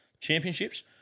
Championships